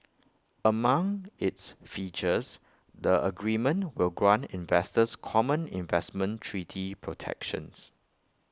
among its features the agreement will grant investors common investment treaty protections